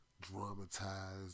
Dramatized